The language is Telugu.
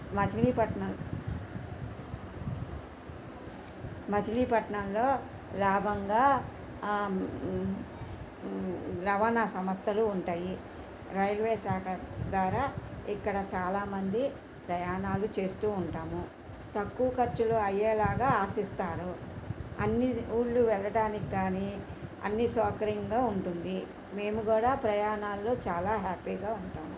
మచిలీపట్నం మచిలీపట్నంలో లాభంగా రవాణా సంస్థలు ఉంటాయి రైల్వే శాఖ ద్వారా ఇక్కడ చాలామంది ప్రయాణాలు చేస్తూ ఉంటాము తక్కువ ఖర్చులు అయ్యేలాగా ఆశిస్తారు అన్ని ఊళ్ళు వెళ్ళడానికి కనీ అన్ని సౌకర్యంగా ఉంటుంది మేము కూడా ప్రయాణాల్లో చాలా హ్యాపీగా ఉంటాము